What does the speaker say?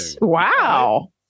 Wow